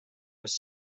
was